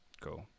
Cool